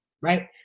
right